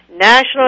National